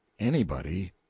anybody.